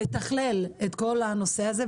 לתכלל את כל הנושא הזה,